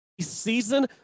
season